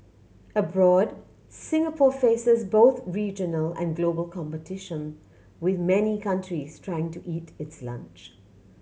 abroad Singapore faces both regional and global competition with many countries trying to eat its lunch